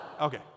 Okay